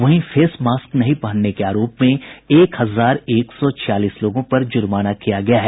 वहीं face mask नहीं पहनने के आरोप में एक हजार एक सौ छियालीस लोगों पर जुर्माना किया गया है